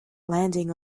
landing